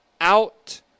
out